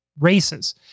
races